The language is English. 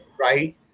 right